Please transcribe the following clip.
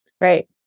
Right